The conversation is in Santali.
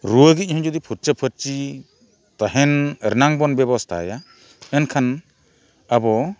ᱨᱩᱭᱟᱹᱜᱤᱡ ᱦᱚᱸ ᱡᱩᱫᱤ ᱯᱷᱟᱨᱪᱟᱼᱯᱷᱟᱹᱨᱪᱤ ᱛᱟᱦᱮᱱ ᱨᱮᱱᱟᱜ ᱵᱚᱱ ᱵᱮᱵᱚᱥᱛᱟᱣᱟᱭᱟ ᱮᱱᱠᱷᱟᱱ ᱟᱵᱚ